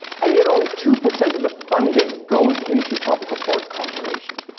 and yet only two percent of the funding goes into tropical forest conservation.